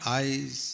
eyes